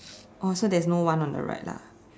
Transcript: oh so there's no one on the right lah